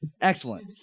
Excellent